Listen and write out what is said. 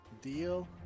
deal